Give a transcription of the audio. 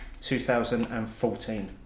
2014